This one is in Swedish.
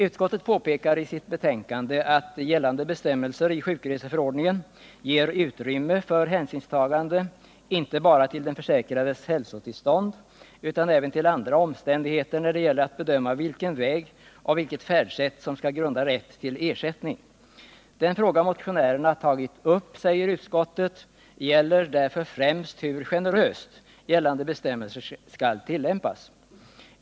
Utskottet påpekar i sitt betänkande att gällande bestämmelser i sjukreseförordningen ger utrymme för hänsynstagande inte bara till den försäkrades hälsotillstånd utan även till andra omständigheter när det gäller att bedöma vilken väg och vilket färdsätt som skall grunda rätt till ersättning. Den fråga motionärerna tagit upp, säger utskottet, gäller därför främst hur generöst gällande bestämmelser skall tillämpas.